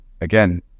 again